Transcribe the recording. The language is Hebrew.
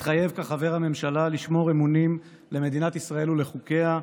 מתחייב כחבר הממשלה לשמור אמונים למדינת ישראל ולחוקיה,